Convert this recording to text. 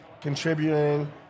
contributing